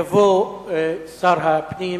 יבוא שר הפנים